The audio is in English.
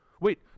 Wait